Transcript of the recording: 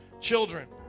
children